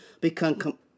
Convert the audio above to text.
become